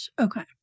Okay